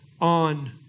on